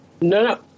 No